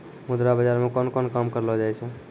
मुद्रा बाजार मे कोन कोन काम करलो जाय छै